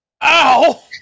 Ow